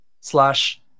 slash